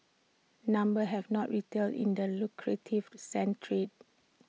numbers have not retail in the lucrative sand trade